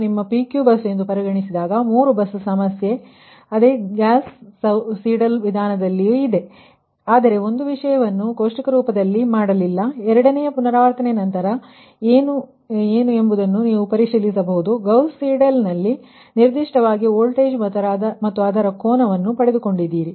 ನಿಮ್ಮ PQ bus ಎಂದು ಪರಿಗಣಿಸುವಾಗ 3 ಬಸ್ ಸಮಸ್ಯೆ ಅದೇ ಸಮಸ್ಯೆಯು ಗೌಸ್ ಸೀಡೆಲ್ ವಿಧಾನದಲ್ಲಿಯು ಇದೆ ಆದರೆ ಒಂದು ವಿಷಯವನ್ನು ನಾನು ಕೋಷ್ಟಕ ರೂಪದಲ್ಲಿ ಮಾಡಲಿಲ್ಲ ಎರಡನೆಯ ಪುನರಾವರ್ತನೆಯ ನಂತರ ಏನು ಎಂಬುದನ್ನು ನೀವು ಪರಿಶೀಲಿಸಬಹುದು ಗೌಸ್ ಸೀಡೆಲ್ನಲ್ಲಿ ನಿರ್ದಿಷ್ಟವಾಗಿ ವೋಲ್ಟೇಜ್ ಮತ್ತು ಅದರ ಕೋನವನ್ನು ಪಡೆದುಕೊಂಡಿದ್ದೀರಿ